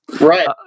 right